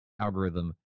algorithm